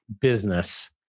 business